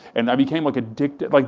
and i became like addicted, like